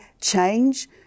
change